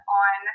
on